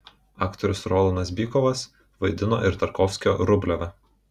aktorius rolanas bykovas vaidino ir tarkovskio rubliove